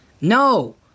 No